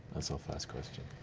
ah so first question.